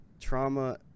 trauma